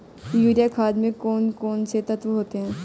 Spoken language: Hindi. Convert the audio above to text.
यूरिया खाद में कौन कौन से तत्व होते हैं?